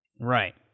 Right